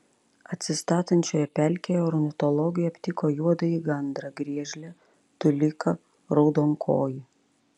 atsistatančioje pelkėje ornitologai aptiko juodąjį gandrą griežlę tuliką raudonkojį